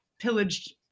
pillaged